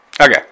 Okay